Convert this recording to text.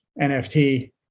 NFT